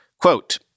Quote